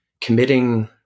committing